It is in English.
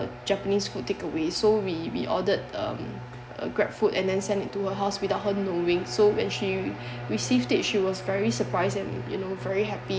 japanese food take away so we we ordered um grabfood and then send it to her house without her knowing so when she received it she was very surprised and then you know very happy